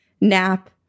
nap